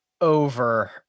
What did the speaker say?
over